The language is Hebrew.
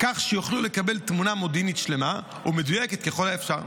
כך שיוכלו לקבל תמונה מודיעינית שלמה ומדויקת ככל האפשר.